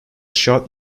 shot